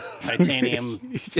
Titanium